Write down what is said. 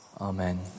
Amen